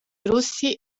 russi